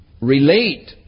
relate